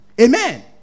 Amen